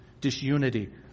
disunity